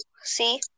see